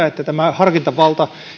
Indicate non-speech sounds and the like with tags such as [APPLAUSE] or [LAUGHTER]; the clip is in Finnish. [UNINTELLIGIBLE] että tämä harkintavalta